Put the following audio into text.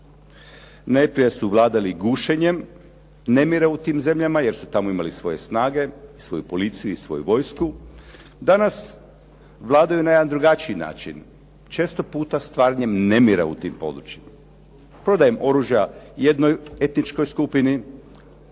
Najprije su vladali gušenjem nemira u tim zemljama jer su tamo imali svoje snage, svoju policiju i svoju vojsku. Danas vladaju na jedan drugačiji način. Često puta stvaranjem nemira u tim područjima. Prodajem oružja jednoj etničkoj skupini,